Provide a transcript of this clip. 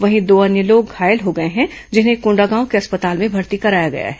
वहीं दो अन्य लोग घायल हो गए हैं जिन्हें कोंडागांव के अस्पताल में भर्ती कराया गया है